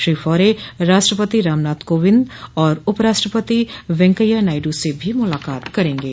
Shri Faure राष्ट्रपति रामनाथ कोविंद और उपराष्ट्रपति वैकैया नायडू से भी मुलाकात करेंगे